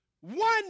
One